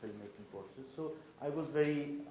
so i was very,